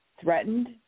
threatened